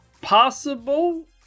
possible